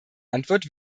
antwort